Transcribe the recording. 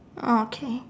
okay